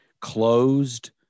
closed